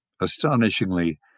Astonishingly